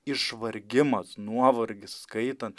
išvargimas nuovargis skaitant